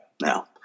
Now